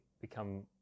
become